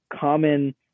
common